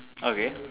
okay